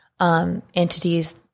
Entities